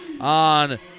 on